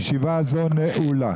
ישיבה זו נעולה.